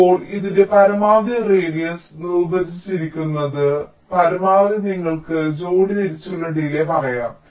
ഇപ്പോൾ ഇതിന്റെ പരമാവധി റേഡിയസ് നിർവചിച്ചിരിക്കുന്നത് പരമാവധി നിങ്ങൾക്ക് ജോഡി തിരിച്ചുള്ള ഡിലേയ്യ് പറയാം